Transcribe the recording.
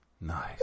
Nice